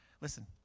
listen